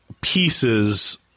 pieces